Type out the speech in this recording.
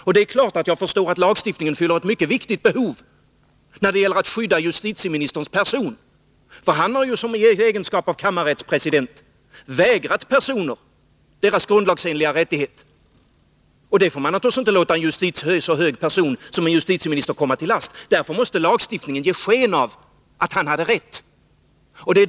Jag förstår givetvis att lagstiftningen fyller ett mycket viktigt behov när det gäller att skydda justitieministerns person. Han har ju i egenskap av kammarrättspresident vägrat människor deras grundlagsenliga rättighet. Det får man naturligtvis inte låta en så hög ämbetsman som en justitieminister komma till last. Därför måste lagstiftningen ge sken av att han hade rätt.